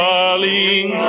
Darling